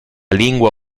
lingua